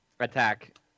Attack